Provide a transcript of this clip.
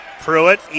Pruitt